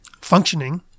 functioning